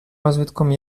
розвитком